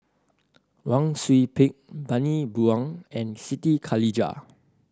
Wang Sui Pick Bani Buang and Siti Khalijah